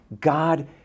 God